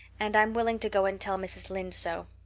and i'm willing to go and tell mrs. lynde so.